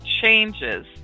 changes